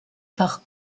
par